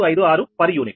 556 per unit